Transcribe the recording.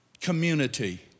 community